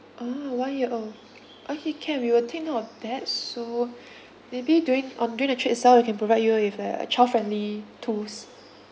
ah one year old okay can we will take note of that so maybe during on during the trip itself we can provide you with like uh child friendly tools